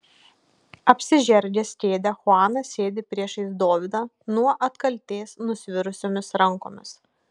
apsižergęs kėdę chuanas sėdi priešais dovydą nuo atkaltės nusvirusiomis rankomis